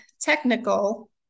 technical